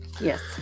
Yes